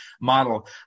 model